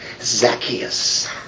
Zacchaeus